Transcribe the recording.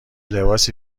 لباسی